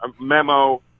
memo